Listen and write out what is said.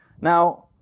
Now